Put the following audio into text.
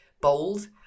bold